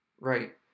right